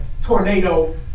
tornado